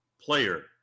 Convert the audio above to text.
player